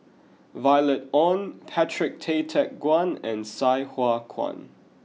Violet Oon Patrick Tay Teck Guan and Sai Hua Kuan